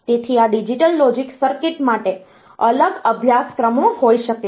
તેથી આ digital logic circuit માટે અલગ અભ્યાસક્રમો હોઈ શકે છે